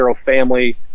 family